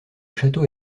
château